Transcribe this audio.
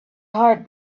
heart